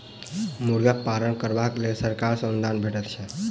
मुर्गा पालन करबाक लेल सरकार सॅ अनुदान भेटैत छै